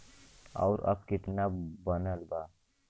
और अब कितना बनल बा?